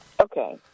Okay